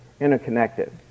interconnected